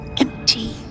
empty